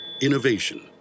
Innovation